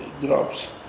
drops